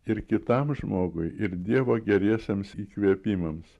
ir kitam žmogui ir dievo geriesiems įkvėpimams